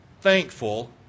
thankful